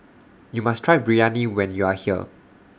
YOU must Try Biryani when YOU Are here